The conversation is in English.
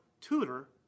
tutor